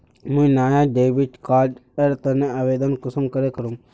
मुई नया debit card एर तने आवेदन कुंसम करे करूम?